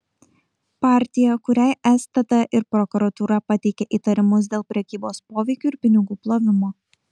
partija kuriai stt ir prokuratūra pateikė įtarimus dėl prekybos poveikiu ir pinigų plovimo